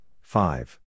five